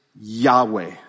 Yahweh